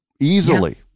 Easily